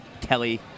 Kelly